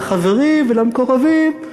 לחברים ולמקורבים,